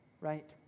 Right